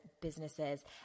businesses